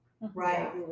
Right